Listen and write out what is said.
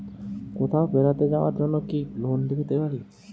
কোথাও বেড়াতে যাওয়ার জন্য কি লোন পেতে পারি?